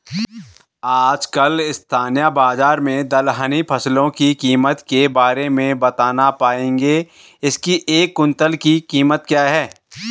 आजकल स्थानीय बाज़ार में दलहनी फसलों की कीमत के बारे में बताना पाएंगे इसकी एक कुन्तल की कीमत क्या है?